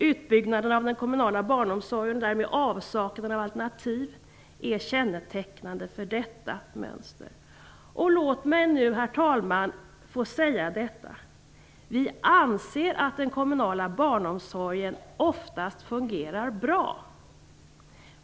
Utbyggnaden av den kommunala barnomsorgen och därmed avsaknaden av alternativ är kännetecknande för detta mönster. Låt mig nu, herr talman, få säga att vi anser att den kommunala barnomsorgen oftast fungerar bra.